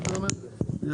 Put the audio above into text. אבל הלקוח קובע איך ישלחו לו.